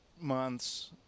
months